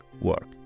work